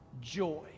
joy